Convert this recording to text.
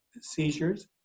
seizures